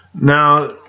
Now